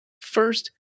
First